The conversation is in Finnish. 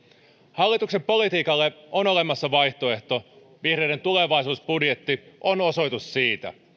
hallituksen politiikalle on olemassa vaihtoehto vihreiden tulevaisuusbudjetti on osoitus siitä